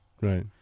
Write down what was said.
Right